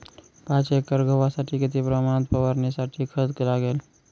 पाच एकर गव्हासाठी किती प्रमाणात फवारणीसाठी खत लागेल?